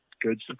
good